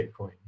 bitcoin